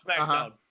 SmackDown